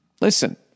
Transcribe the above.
listen